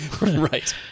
Right